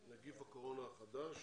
נגיף הקורונה החדש)